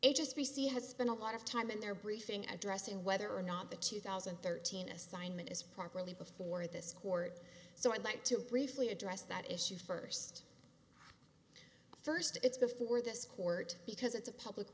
c has been a lot of time in their briefing addressing whether or not the two thousand and thirteen assignment is properly before this court so i'd like to briefly address that issue first first it's before this court because it's a public